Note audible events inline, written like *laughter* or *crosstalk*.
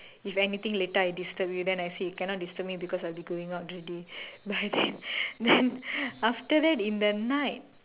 if anything later I disturb you then I say you cannot disturb me because I will be going out already by then *laughs* then after that in the night